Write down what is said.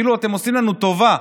כאילו אתם עושים לנו טובה.